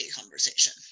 conversation